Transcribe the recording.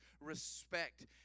respect